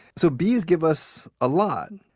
so bees give us a lot.